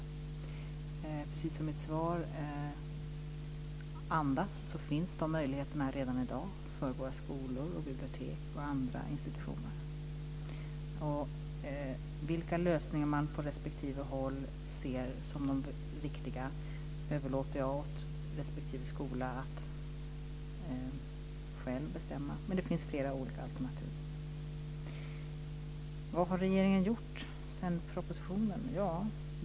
Precis som mitt svar andas finns de här möjligheterna redan i dag för våra skolor, bibliotek och andra institutioner. Vilka lösningar man på respektive håll ser som de riktiga överlåter jag åt respektive skola att själv bestämma. Det finns flera olika alternativ. Vad har då regeringen gjort sedan propositionen kom?